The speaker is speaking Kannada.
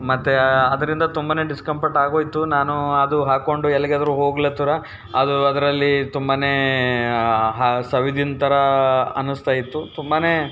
ಮತ್ತು ಅದರಿಂದ ತುಂಬ ಡಿಸ್ಕಂಫರ್ಟಾಗೋಯ್ತು ನಾನು ಅದು ಹಾಕ್ಕೊಂಡು ಎಲ್ಲಿಗಾದರೂ ಹೋಗ್ಲತ್ತುರ ಅದು ಅದರಲ್ಲಿ ತುಂಬಾ ಹಾ ಸವೆದಿದ್ ಥರ ಅನ್ನಿಸ್ತಾಯಿತ್ತು ತುಂಬಾ